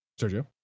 Sergio